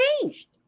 changed